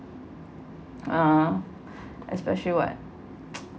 uh especially what